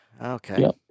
Okay